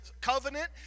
covenant